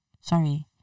sorry